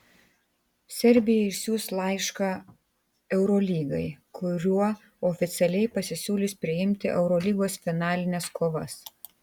serbija išsiųs laišką eurolygai kuriuo oficialiai pasisiūlys priimti eurolygos finalines kovas